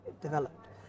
developed